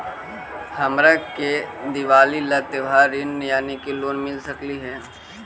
हमरा के दिवाली ला त्योहारी ऋण यानी लोन मिल सकली हे?